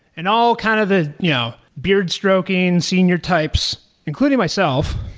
and all kind of the you know beard stroking senior types, including myself,